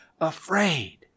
afraid